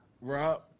Rob